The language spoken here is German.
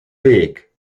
weg